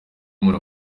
umuntu